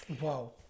Wow